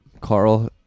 Carl